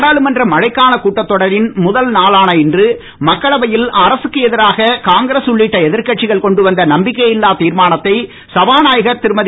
நாடாளுமன்ற மழைக்கால கூட்டத் தொடரின் முதல் நாளான இன்று மக்களவையில் அரசுக்கு எதிராக காங்கிரஸ் உள்ளிட்ட எதிர்கட்சிகள் கொண்டு வந்த நம்பிக்கை இல்லா தீர்மானத்தை சபாநாயகர் தீருமதி